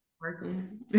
working